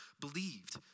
believed